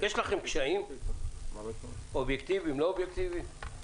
יש לכם קשיים אובייקטיביים, לא אובייקטיביים?